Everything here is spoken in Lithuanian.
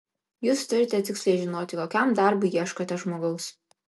jūs turite tiksliai žinoti kokiam darbui ieškote žmogaus